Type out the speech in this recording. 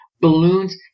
balloons